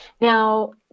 Now